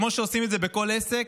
כמו שעושים את זה בכל עסק,